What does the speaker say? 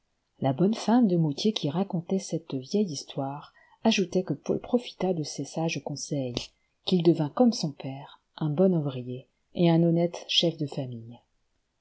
la bonne femme de mouthier qui racontait cette vieille histoire ajoutait que paul profita de ces sages conseils qu'il devint comme son père un bon ouvrier et un honnête chef de famille